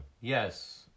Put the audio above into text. Yes